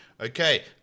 okay